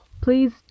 Please